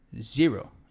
zero